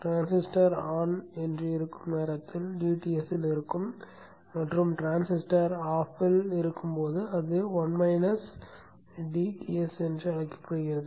transistor On ஆக இருக்கும் நேரத்தில் dTs இல் இருக்கும் மற்றும் டிரான்சிஸ்டர் Off ஆக இருக்கும் போது அது காலம் Ts என்று அழைக்கப்படுகிறது